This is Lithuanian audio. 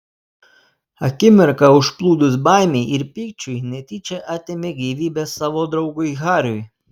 akimirką užplūdus baimei ir pykčiui netyčia atėmė gyvybę savo draugui hariui